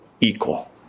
equal